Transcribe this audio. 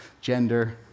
gender